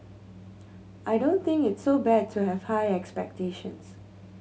I don't think it's so bad to have high expectations